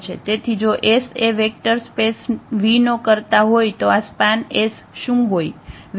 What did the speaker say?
તેથી જો S એ વેક્ટર સ્પેસ 𝑉 નો કર્તા હોય તો આ સ્પાન શું હોય